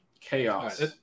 Chaos